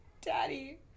Daddy